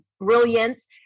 brilliance